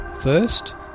First